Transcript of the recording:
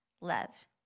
love